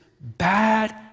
bad